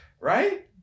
Right